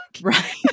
right